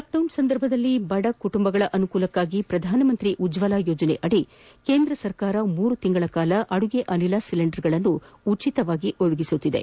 lockdown ಸಂದರ್ಭದಲ್ಲಿ ಬಡ ಕುಟುಂಬಗಳ ಅನುಕೂಲಕ್ಷಾಗಿ ಪ್ರಧಾನಮಂತ್ರಿ ಉಜ್ವಲಾ ಯೋಜನೆಯಡಿ ಕೇಂದ್ರ ಸರ್ಕಾರ ಮೂರು ತಿಂಗಳ ಕಾಲ ಅಡುಗೆ ಅನಿಲ ಸಿಲಿಂಡರ್ಗಳನ್ನು ಉಚಿತವಾಗಿ ನೀಡುತ್ತಿದೆ